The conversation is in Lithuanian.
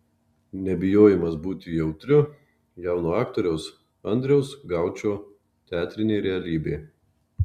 nebijojimas būti jautriu jauno aktoriaus andriaus gaučo teatrinė realybė